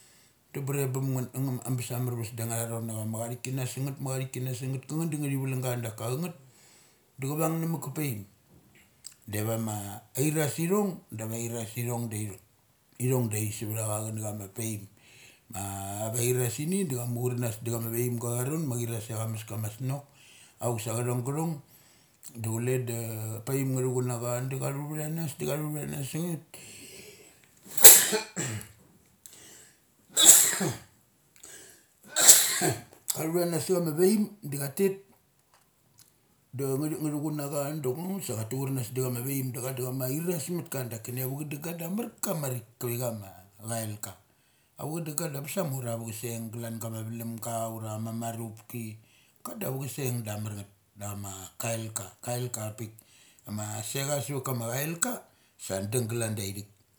Brum da breb bum ngeth anga am bes a marves da nga tharon ma cha thi kinnas sangeth, kathik kinas sangeth kangeth da nga thival lang a da ka changeth da cha vungna mat ka paim. De avama airasithong, da ava airas ithong daithik. Ngithong da ithik savathacha kana chama paim avairasini da cha mu chrnas da chama vaimga avaron ma chirasia ka meskama snok, auk sa chathong gathong gathong da chule da paim nga thu chun na na cha da chathuvth nas da onga thuchun na cha da chathu vthanas, da cha thu uthanas sangeth, ka thuvtah nas sa chama vaim da cha chatet da ngathi nga thuvhun na cha muchus da chatu achar nas dacha ma vaim. Da cha da chama airas matka dakini ava chadung ga da amar kamarik. Kivicha ma chail ka. Ava chadunga ga da bes a mar ava chaseng glan gama valamga ura kama marupki. Ka da aua chaseng da amarngeth. Dam kailka. Kail ka a pik ma secha savat ka machail ka sa dung galan daithik.